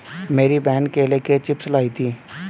मेरी बहन केले के चिप्स लाई थी